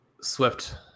Swift